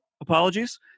Apologies